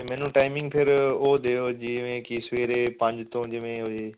ਮੈਨੂੰ ਟਾਈਮਿੰਗ ਫਿਰ ਉਹ ਦਿਓ ਜਿਵੇਂ ਕਿ ਸਵੇਰੇ ਪੰਜ ਤੋਂ ਜਿਵੇਂ ਹੋਜੇ